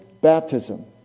baptism